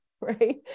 right